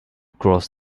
cross